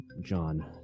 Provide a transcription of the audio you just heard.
John